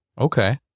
Okay